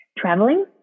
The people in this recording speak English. traveling